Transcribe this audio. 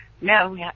No